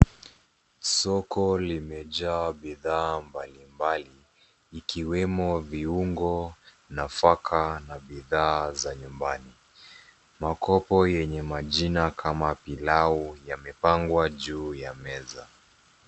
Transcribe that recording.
Soko limejaa bidhaa mbalimbali ikiwemo viungo, nafaka na bidhaa za nyumbani. Makopo yenye majina kama pilau yamepangwa juu ya meza.